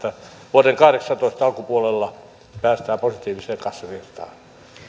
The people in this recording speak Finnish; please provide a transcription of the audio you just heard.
vuoden kahdeksantoista alkupuolella päästään positiiviseen kassavirtaan